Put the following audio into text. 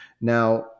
Now